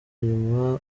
nyuma